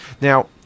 Now